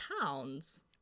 pounds